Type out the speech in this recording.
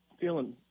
feeling